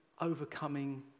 overcoming